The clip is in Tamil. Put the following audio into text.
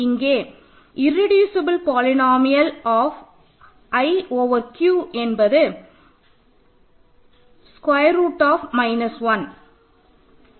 இங்கே irreducible polynomial of i over Q என்பது ஸ்கொயர் ரூட் ஆப் 1